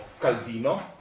Calvino